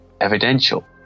evidential